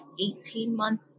18-month